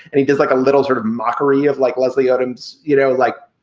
and he does like a little sort of mockery of, like, leslie adams, you know, like,